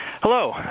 Hello